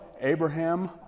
Abraham